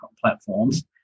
platforms